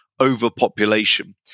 overpopulation